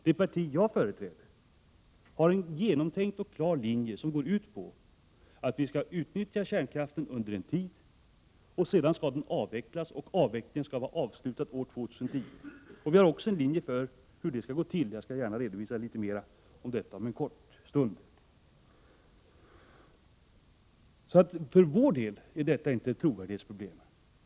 Det parti jag företräder har en genomtänkt och klar linje som går ut på att vi skall utnyttja kärnkraften ännu en tid och sedan avveckla den, samt att avvecklingen skall vara avslutad senast år 2010. Vi har också en bestämd uppfattning om hur detta skall gå till. För folkpartiets del är frågan om energipolitiken och kärnkraftens avveckling inte något trovärdighetsproblem.